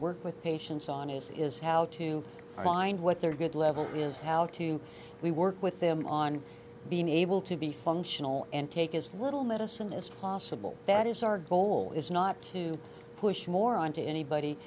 work with patients on is how to find what their good level is how to we work with them on being able to be functional and take as little medicine as possible that is our goal is not to push more on to anybody